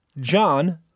John